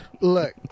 look